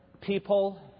people